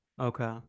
Okay